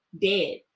dead